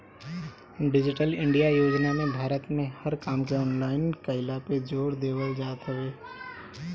digital India योजना में भारत में हर काम के ऑनलाइन कईला पे जोर देवल जात हवे